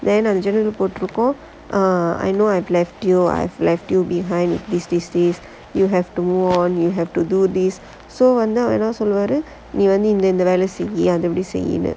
then on அந்த:antha january போட்டு இருக்கும்:pottu irukkum err I know I've left you I've left you behind these these days you have to move on you have to do this அவரு வந்து என்ன சொல்லுவாரு நீ வந்து இந்த வேலைய செய் அத இப்படி செய்னும்:avaru vanthu enna solluvaaru nee vanthu intha velaiya sei atha ippadi seinum